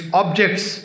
objects